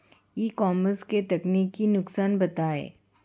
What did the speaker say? ई commerce के तकनीकी नुकसान बताएं?